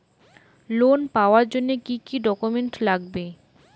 Loan পাওয়ার জন্যে কি কি ডকুমেন্ট লাগবে?